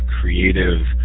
creative